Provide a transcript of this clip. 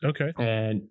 Okay